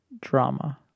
Drama